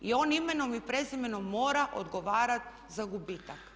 I on imenom i prezimenom mora odgovarati za gubitak.